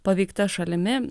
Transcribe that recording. paveikta šalimi